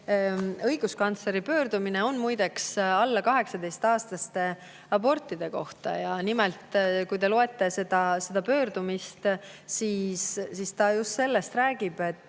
õiguskantsleri pöördumine on muide alla 18-aastaste abortide kohta. Nimelt, kui te loete seda pöördumist, siis te näete, et ta räägib